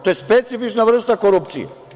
Pa, to je specifična vrsta korupcije.